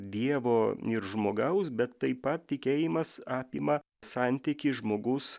dievo ir žmogaus bet taip pat tikėjimas apima santykį žmogus